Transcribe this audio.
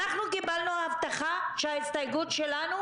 אנחנו קיבלנו הבטחה שההסתייגות שלנו,